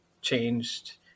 changed